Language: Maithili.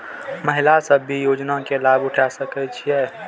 महिला सब भी योजना के लाभ उठा सके छिईय?